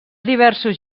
diversos